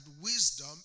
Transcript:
wisdom